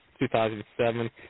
2007